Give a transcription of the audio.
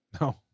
No